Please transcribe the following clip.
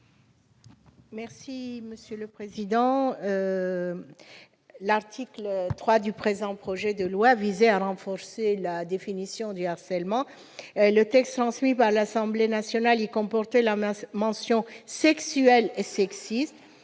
n° 114 rectifié. L'article 3 du présent projet de loi visait à renforcer la définition du harcèlement. Le texte transmis par l'Assemblée nationale comportait les mots « sexuelles et sexistes